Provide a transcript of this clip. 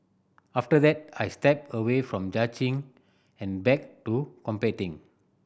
after that I stepped away from judging and back to competing